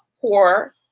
poor